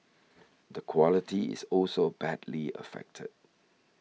the quality is also badly affected